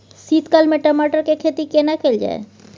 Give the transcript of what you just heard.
शीत काल में टमाटर के खेती केना कैल जाय?